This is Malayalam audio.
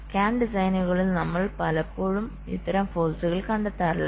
സ്കാൻ ഡിസൈനുകളിൽ നമ്മൾ പലപ്പോഴും ഇത്തരം ഫോൾട്കൾ കണ്ടെത്താറില്ല